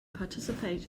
participate